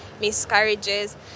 miscarriages